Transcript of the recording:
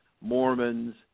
Mormons